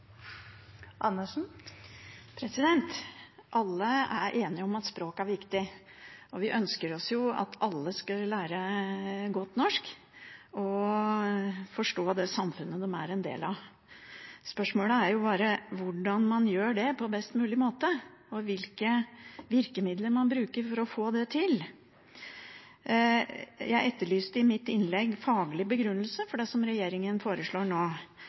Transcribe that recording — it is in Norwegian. enige om at språk er viktig, og vi ønsker at alle skal lære godt norsk og forstå det samfunnet de er en del av. Spørsmålet er bare hvordan man gjør det på best mulig måte, og hvilke virkemidler man bruker for å få det til. Jeg etterlyste i mitt innlegg faglig begrunnelse for det regjeringen foreslår nå,